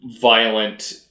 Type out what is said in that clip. violent